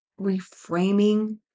reframing